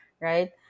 right